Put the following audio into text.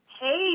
Hey